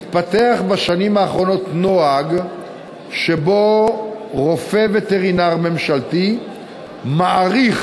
התפתח בשנים האחרונות נוהג שבו רופא וטרינר ממשלתי מעריך